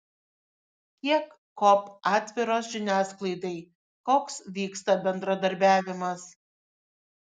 kiek kop atviros žiniasklaidai koks vyksta bendradarbiavimas